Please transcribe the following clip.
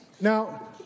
Now